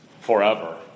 forever